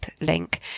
link